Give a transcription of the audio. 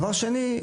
דבר שני,